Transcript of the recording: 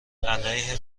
علیه